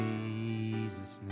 Jesus